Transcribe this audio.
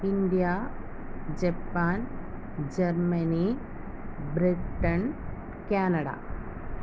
India Japan Germany Britain Canada